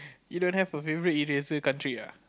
you don't have a favourite eraser country ah